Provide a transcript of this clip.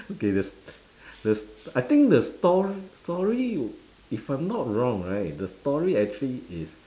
okay the s~ the s~ I think the stor~ story if I'm not wrong right the story actually is